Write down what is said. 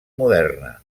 moderna